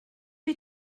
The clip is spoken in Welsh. wyt